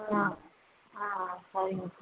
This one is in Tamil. ஆ ஆ சரிங்க